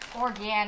Organic